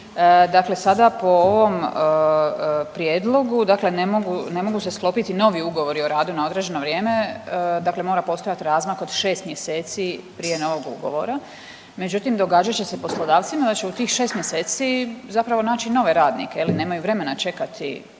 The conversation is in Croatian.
Dakle, da se po ovom prijedlogu, dakle ne mogu se sklopiti novi ugovori o radu na određeno vrijeme. Dakle mora postojati razmak od 6 mjeseci prije novog ugovora. Međutim, događat će se poslodavcima da će u tih 6 mjeseci zapravo naći nove radnike, je li nemaju vremena čekati da